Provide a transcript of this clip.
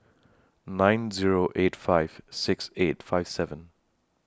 nine Zero eight five six eight five seven